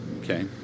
Okay